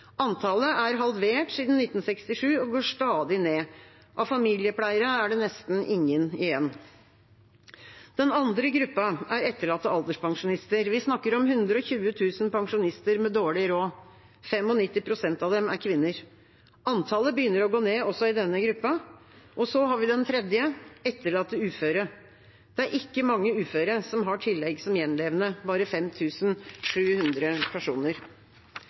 Antallet er halvert siden 1967 og går stadig ned. Av familiepleiere er det nesten ingen igjen. Den andre gruppa er etterlatte alderspensjonister. Vi snakker om 120 000 pensjonister med dårlig råd. 95 pst. av dem er kvinner. Antallet begynner å gå ned, også i denne gruppa. Så har vi den tredje: etterlatte uføre. Det er ikke mange uføre som har tillegg som gjenlevende, bare 5 700 personer.